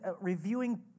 reviewing